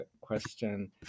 question